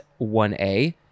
1A